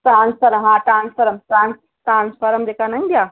transfer हा transform transform जेका न ईंदी आहे